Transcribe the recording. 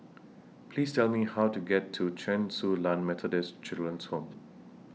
Please Tell Me How to get to Chen Su Lan Methodist Children's Home